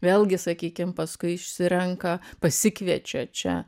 vėlgi sakykim paskui išsirenka pasikviečia čia